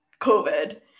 COVID